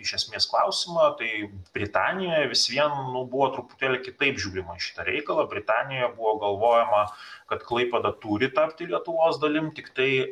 iš esmės klausimą tai britanija vis vien buvo truputėlį kitaip žiūrima į šitą reikalą britanijoje buvo galvojama kad klaipėda turi tapti lietuvos dalim tiktai